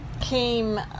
came